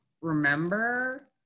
remember